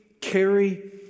carry